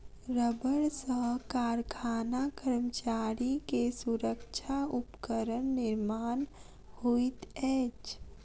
रबड़ सॅ कारखाना कर्मचारी के सुरक्षा उपकरण निर्माण होइत अछि